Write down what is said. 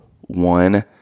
one